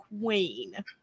queen